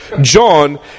John